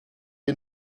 est